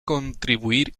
contribuir